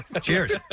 Cheers